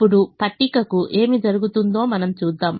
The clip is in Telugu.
ఇప్పుడు పట్టికకు ఏమి జరుగుతుందో మనము చూద్దాం